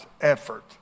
effort